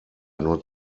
nur